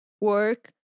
work